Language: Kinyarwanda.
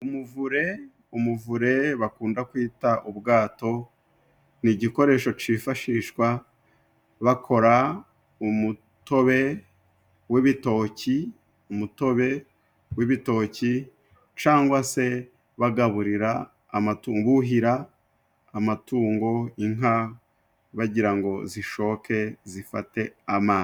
Umuvure umuvure bakunda kwita ubwato ni igikoresho cifashishwa bakora umutobe w'ibitoki, umutobe w'ibitoki cangwa se bagaburira amatungo buhira amatungo, inka bagira ngo zishoke zifate amazi.